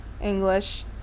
English